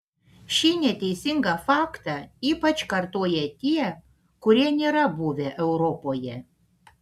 šį neteisingą faktą ypač kartoja tie kurie nėra buvę europoje